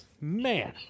man